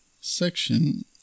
section